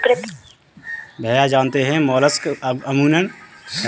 भैया जानते हैं मोलस्क अमूमन बड़े सागर में पाए जाते हैं